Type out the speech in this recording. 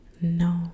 no